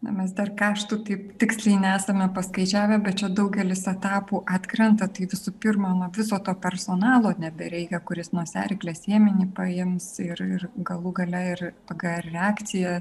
na mes dar karštų taip tiksliai nesame paskaičiavę bet čia daugelis etapų atkrenta tai visų pirma nu viso to personalo nebereikia kuris nosiaryklės ėminį paims ir ir galų gale ir pagal reakciją